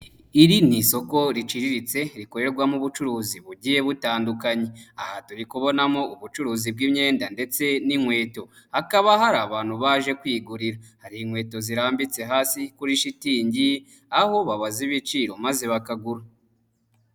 Iri ni isoko riciriritse rikorerwamo ubucuruzi bugiye butandukanye. Aha turi kubonamo ubucuruzi bw'imyenda ndetse n'inkweto. Hakaba hari abantu baje kwigurira. Hari inkweto zirambitse hasi kuri shitingi, aho babaza ibiciro maze bakagura.